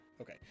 Okay